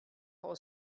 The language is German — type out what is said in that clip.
aus